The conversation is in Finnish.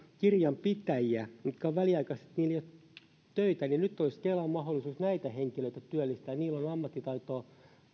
kirjanpitäjiä joilla väliaikaisesti ei ole töitä joten nyt olisi kelalla mahdollisuus työllistää näitä henkilöitä heillä on ammattitaitoa